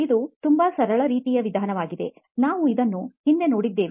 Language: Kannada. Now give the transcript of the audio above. ಇದು ತುಂಬಾ ಸರಳ ರೀತಿಯ ವಿಧಾನವಾಗಿದೆ ನಾವು ಇದನ್ನು ಹಿಂದೆ ನೋಡಿದ್ದೇವೆ